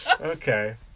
Okay